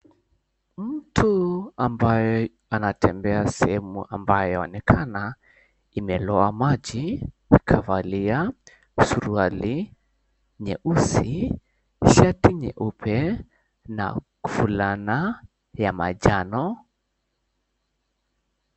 Mtu ambaye an𝑎𝑡embea 𝑠𝑒ℎ𝑒𝑚𝑢 ambayo waonekana imelowa maji akavalia suruali nyeusi, shati nyeupe na fulana ya manjano.